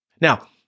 Now